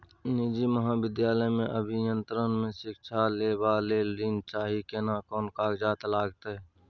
निजी महाविद्यालय से अभियंत्रण मे शिक्षा लेबा ले ऋण चाही केना कोन कागजात लागतै?